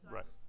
Right